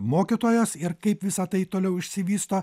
mokytojos ir kaip visa tai toliau išsivysto